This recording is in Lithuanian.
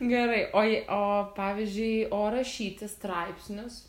gerai o je o pavyzdžiui o rašyti straipsnius